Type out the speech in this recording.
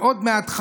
ועוד מעט,